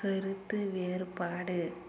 கருத்து வேறுபாடு